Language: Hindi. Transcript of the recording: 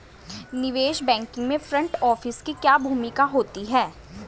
निवेश बैंकिंग में फ्रंट ऑफिस की क्या भूमिका होती है?